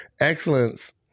excellence